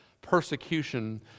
persecution